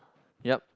ya